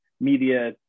media